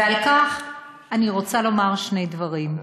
ועל כך אני רוצה לומר שני דברים.